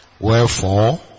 Wherefore